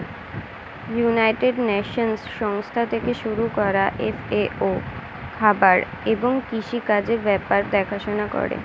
United Nations সংস্থা থেকে শুরু করা এফ.এ.ও খাবার এবং কৃষি কাজের ব্যাপার দেখাশোনা করে